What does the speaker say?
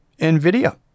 NVIDIA